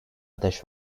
ateş